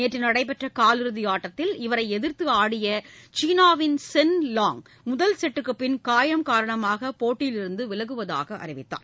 நேற்றுநடைபெற்றகாலிறுதிஆட்டத்தில் இவரைஎதிர்த்து ஆடிய சீனாவின் சென் லாங் முதல் செட்டுக்குப் பின் காயம் காரணமாகபோட்டியிலிருந்துவிலகுவதாகஅறிவித்தார்